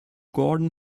gordon